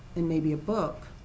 and maybe a book,